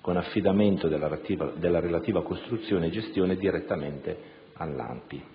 con affidamento della relativa costruzione e gestione direttamente all'ASPI.